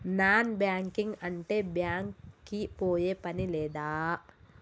Non banking అంటే బ్యాంక్ కి పోయే పని లేదా?